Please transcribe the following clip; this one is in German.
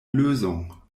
lösung